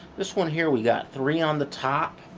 this one here we got three on the top.